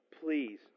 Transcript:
Please